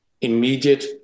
immediate